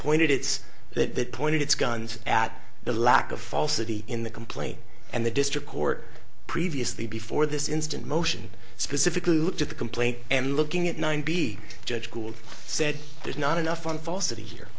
pointed its that point in its guns at the lack of falsity in the complaint and the district court previously before this instant motion specifically looked at the complaint and looking at nine b judge gould said there's not enough on falsity here